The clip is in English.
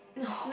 no